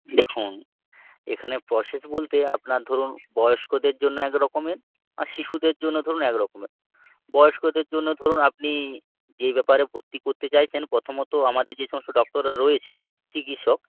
দেখুন এখানে প্রসেস বলতে আপনার ধরুন বয়স্কদের জন্য একরকমের আর শিশুদের জন্য ধরুন একরকমের বয়স্কদের জন্য ধরুন আপনি যেই ব্যাপারে ভর্তি করতে চাইছেন প্রথমত আমাদের যে সমস্ত ডক্টররা রয়েছেন চিকিৎসক